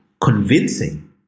convincing